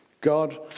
God